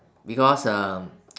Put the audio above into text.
because um